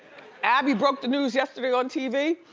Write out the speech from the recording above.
abby broke the news yesterday on tv.